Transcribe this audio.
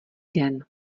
den